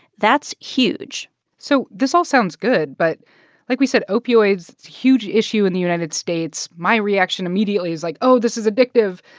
that's huge so this all sounds good. but like we said, opioids huge issue in the united states. my reaction immediately is like, oh, this is addictive.